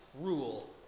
rule